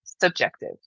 subjective